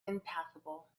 impassable